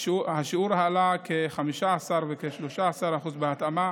הוא כ-15% וכ-13% בהתאמה,